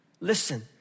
Listen